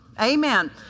Amen